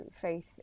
faith